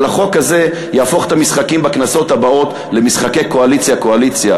אבל החוק הזה יהפוך את המשחקים בכנסות הבאות למשחקי קואליציה קואליציה,